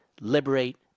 liberate